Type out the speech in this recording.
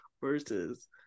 Versus